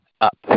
up